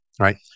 right